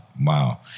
wow